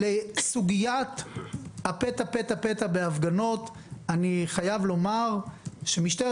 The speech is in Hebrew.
לסוגיית הפתע-פתע בהפגנות אני חייב לומר שמשטרת